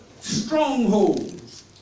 Strongholds